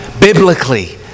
biblically